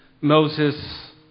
Moses